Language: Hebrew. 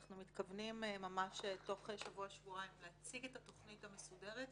תוך שבוע-שבועיים אנחנו מתכוונים להציג את התוכנית המסודרת.